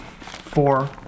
four